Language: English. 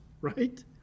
right